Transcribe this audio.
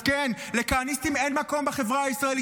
אז כן, לכהניסטים אין מקום בחברה הישראלית.